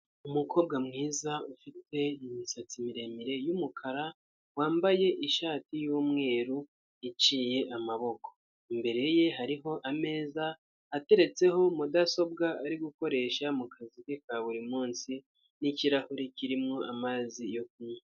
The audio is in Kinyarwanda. Umukobwa mwiza ufite imisatsi miremire y'umukara wambaye ishati y'umweru iciye amaboko, imbere ye hariho ameza ateretseho mudasobwa ari gukoresha mu mukazi ke kaburi munsi n'kirahuri kirimo amazi yo kunywa.